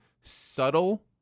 subtle